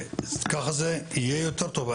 ככה זה יהיה יותר טוב.